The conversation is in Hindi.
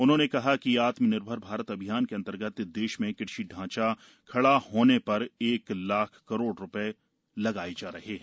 उन्होंने कहा कि आत्मनिर्भर भारत अभियान के अंतर्गत देश में कृषि ढांचा खड़ा करने पर एक लाख करोड़ रुपये लगाए जा रहे हैं